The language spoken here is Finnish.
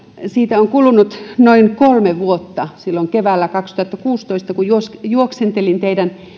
siitä on kulunut noin kolme vuotta kun silloin keväällä kaksituhattakuusitoista juoksentelin teidän